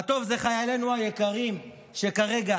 הטוב זה חיילינו היקרים שכרגע